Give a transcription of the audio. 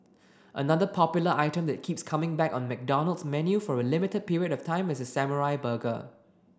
another popular item that keeps coming back on McDonald's menu for a limited period of time is the samurai burger